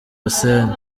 hussein